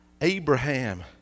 Abraham